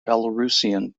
belarusian